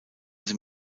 sie